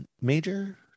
major